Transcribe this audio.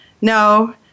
No